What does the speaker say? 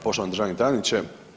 Poštovani državni tajniče.